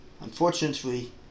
unfortunately